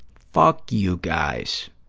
fuck you guys.